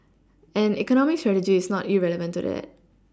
and economic strategy is not irrelevant to that